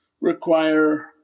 require